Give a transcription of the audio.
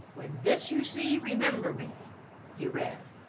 when this you see, remember me he read.